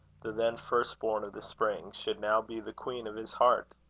the then first-born of the spring, should now be the queen of his heart!